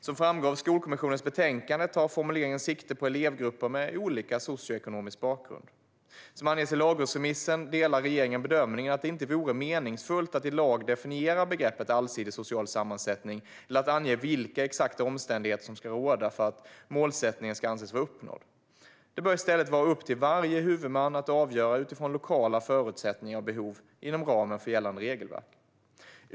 Som framgår av Skolkommissionens betänkande tar formuleringen sikte på elevgrupper med olika socioekonomisk bakgrund. Som anges i lagrådsremissen delar regeringen bedömningen att det inte vore meningsfullt att i lag definiera begreppet "allsidig social sammansättning" eller att ange vilka exakta omständigheter som ska råda för att målsättningen ska anses vara uppnådd. Det bör i stället vara upp till varje huvudman att avgöra utifrån lokala förutsättningar och behov inom ramen för gällande regelverk.